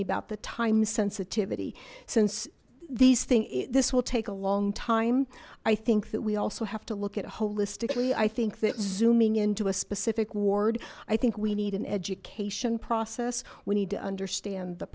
me about the time sensitivity since these things this will take a long time i think that we also have to look at holistically i think that zooming into a specific ward i think we need an education process we need to understand the